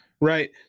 right